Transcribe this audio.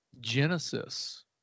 genesis